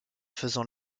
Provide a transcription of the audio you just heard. faisant